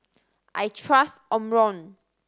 I trust Omron